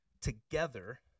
together